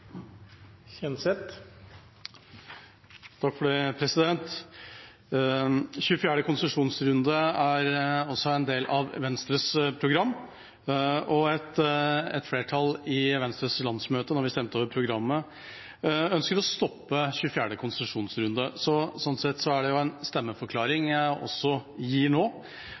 også en del av Venstres program. Et flertall i Venstres landsmøte ønsket – da vi stemte over programmet – å stoppe 24. konsesjonsrunde. Sånn sett er det også en stemmeforklaring jeg gir nå.